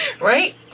Right